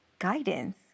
Guidance